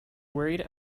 worried